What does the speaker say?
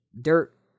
Dirt